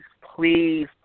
please